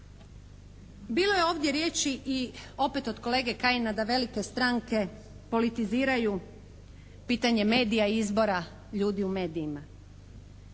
Bilo je ovdje riječ opet od kolege Kajina da velike stranke politiziraju pitanje medija i izbora ljudi u medijima.